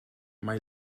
mae